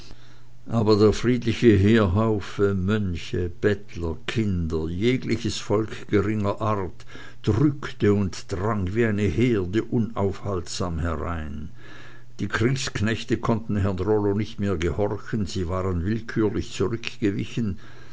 aber der friedliche heerhaufe mönche bettler kinder jegliches volk geringer art drückte und drang wie eine herde unaufhaltsam herein die kriegsknechte konnten herrn rollo nicht mehr gehorchen sie waren unwillkürlich zurückgewichen